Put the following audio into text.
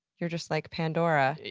you're just like, pandora,